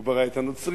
הוא ברא את הנוצרים,